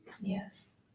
Yes